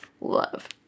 love